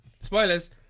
spoilers